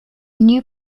new